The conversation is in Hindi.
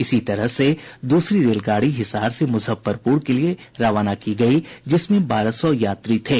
इसी तरह से दूसरी रेलगाड़ी हिसार से मुजफ्फरपुर के लिए रवाना की गई जिसमें बारह सौ यात्री थे